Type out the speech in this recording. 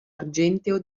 argenteo